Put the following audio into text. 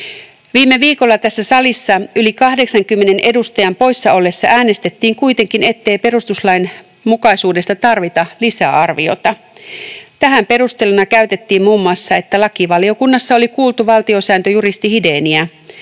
Viime viikolla tässä salissa yli 80 edustajan poissa ollessa äänestettiin kuitenkin, ettei perustuslainmukaisuudesta tarvita lisäarviota. Tähän perusteluna käytettiin muun muassa sitä, että lakivaliokunnassa oli kuultu valtiosääntöjuristi Hidéniä.